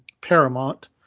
paramount